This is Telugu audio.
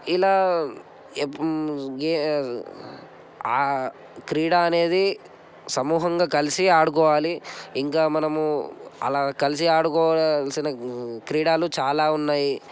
ఇలా ఎప్పు గే క్రీడ అనేది సమూహంగా కలిసి ఆడుకోవాలి ఇంకా మనము అలా కలిసి ఆడుకోవాల్సిన క్రీడలు చాలా ఉన్నాయి